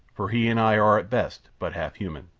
for he and i are, at best, but half human.